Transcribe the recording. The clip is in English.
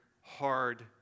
hard